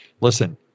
listen